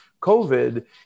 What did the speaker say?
COVID